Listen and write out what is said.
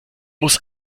muss